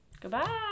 Goodbye